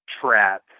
trap